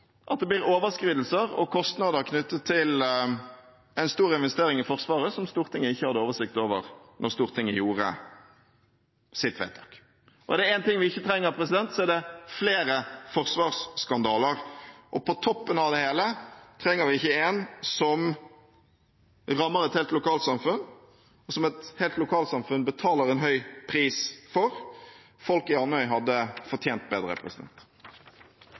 at det blir overskridelser og kostnader knyttet til en stor investering i Forsvaret som Stortinget ikke hadde oversikt over da Stortinget gjorde sitt vedtak. Er det én ting vi ikke trenger, er det flere forsvarsskandaler, og på toppen av det hele trenger vi ikke en som rammer et helt lokalsamfunn, og som et helt lokalsamfunn betaler en høy pris for. Folk i Andøy hadde fortjent bedre.